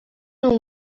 اون